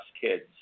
kids